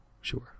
sure